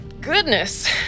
Goodness